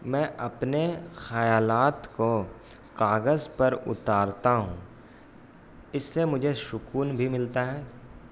میں اپنے خیالات کو کاغذ پر اتارتا ہوں اس سے مجھے سکون بھی ملتا ہے